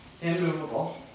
immovable